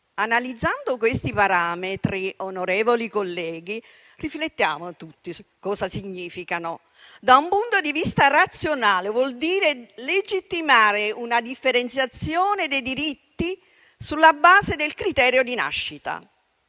Analizzando questi parametri, onorevoli colleghi, riflettiamo tutti su cosa significano: da un punto di vista razionale, equivalgono a legittimare una differenziazione dei diritti sulla base del criterio di nascita,